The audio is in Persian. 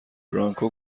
برانکو